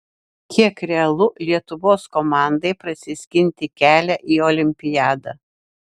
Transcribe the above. kiek realu lietuvos komandai prasiskinti kelią į olimpiadą